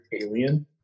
alien